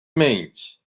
means